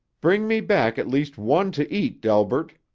bring me back at least one to eat, delbert,